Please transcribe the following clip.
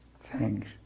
Thanks